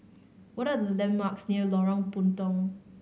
what are the landmarks near Lorong Puntong